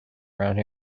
around